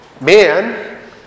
Man